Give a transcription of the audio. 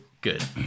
Good